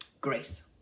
Grace